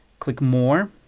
click more